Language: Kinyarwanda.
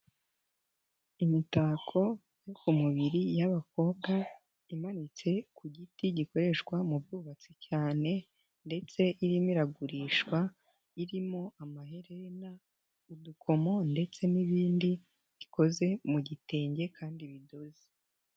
Imitako yo ku mubiri y'abakobwa imanitse ku giti gikoreshwa mu bwubatsi cyane ndetse irimo iragurishwa irimo amaherena, udukomo ndetse n'ibindi, bikoze mu gitenge kandi bidoze.